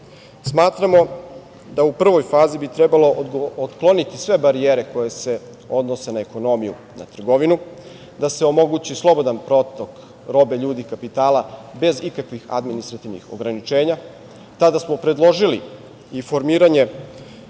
drugu. Smatramo da u prvoj fazi bi trebalo otkloniti sve barijere koje se odnose na ekonomiju, na trgovinu, da se omogući slobodan protok robe, ljudi, kapitala, bez ikakvih administrativnih ograničenja. Tada smo predložili i formiranje